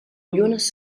llunes